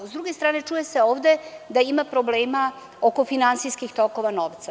S druge strane, čuje se ovde da ima problema oko finansijskih tokova novca.